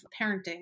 parenting